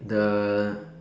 the